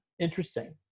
Interesting